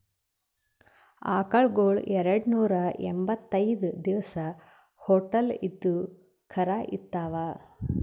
ಆಕಳಗೊಳ್ ಎರಡನೂರಾ ಎಂಭತ್ತೈದ್ ದಿವಸ್ ಹೊಟ್ಟಲ್ ಇದ್ದು ಕರಾ ಈತಾವ್